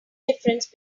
difference